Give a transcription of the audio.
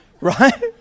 Right